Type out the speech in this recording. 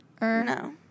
No